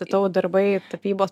tavo darbai tapybos